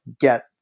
get